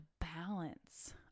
balance